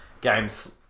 games